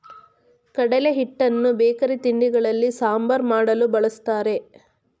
ಕಡಲೆ ಹಿಟ್ಟನ್ನು ಬೇಕರಿ ತಿಂಡಿಗಳಲ್ಲಿ, ಸಾಂಬಾರ್ ಮಾಡಲು, ಬಳ್ಸತ್ತರೆ